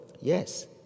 Yes